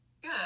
Good